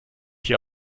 hier